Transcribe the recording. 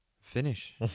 Finish